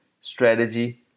strategy